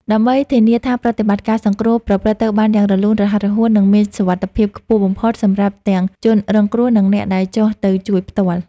ដើម្បីធានាថាប្រតិបត្តិការសង្គ្រោះប្រព្រឹត្តទៅបានយ៉ាងរលូន រហ័សរហួន និងមានសុវត្ថិភាពខ្ពស់បំផុតសម្រាប់ទាំងជនរងគ្រោះ និងអ្នកដែលចុះទៅជួយផ្ទាល់។